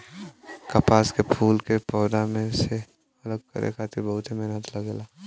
कपास के फूल के पौधा में से अलग करे खातिर बहुते मेहनत लगेला